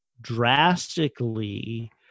drastically